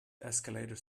escalator